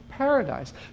Paradise